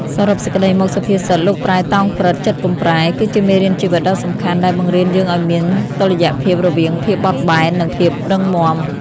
សរុបសេចក្ដីមក សុភាសិត "លោកប្រែ តោងព្រឹត្តិ ចិត្តកុំប្រែ" គឺជាមេរៀនជីវិតដ៏សំខាន់ដែលបង្រៀនយើងឱ្យមាន តុល្យភាពរវាងភាពបត់បែន និងភាពរឹងមាំ។